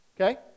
Okay